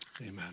Amen